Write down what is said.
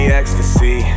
ecstasy